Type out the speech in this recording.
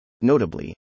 Notably